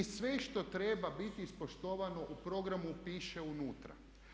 I sve što treba biti ispoštovano u programu piše unutra.